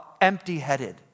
empty-headed